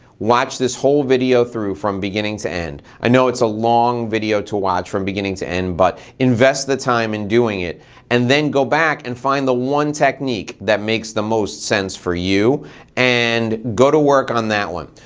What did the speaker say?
watch this whole video through from beginning to end. i know it's a long video to watch from beginning to end, but invest the time in doing it and then go back and find the one technique that makes the most sense for you and go to work on that one.